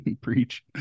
Preach